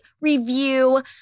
review